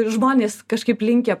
žmonės kažkaip linkę